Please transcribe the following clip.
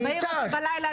אתה מעיר אותי בלילה,